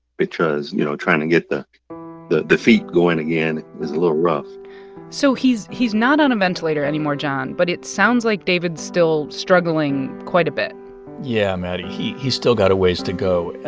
because, you know, trying to get the the feet going again is a little rough so he's he's not on a ventilator anymore, jon, but it sounds like david's still struggling quite a bit yeah, maddie, he's he's still got a ways to go.